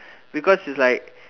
because it's like